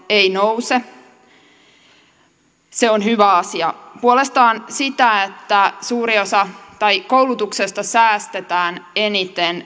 ei nouse se on hyvä asia puolestaan sitä että koulutuksesta säästetään eniten